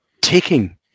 taking